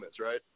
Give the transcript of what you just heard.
right